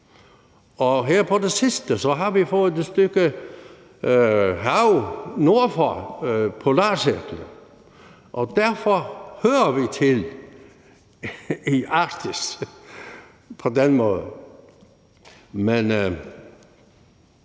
og her på det sidste har vi fået et stykke hav nord for polarcirklen, og derfor hører vi på den måde til